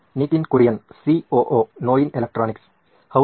Nitin Kurian COO ನೋಯಿನ್ electronics ಹೌದು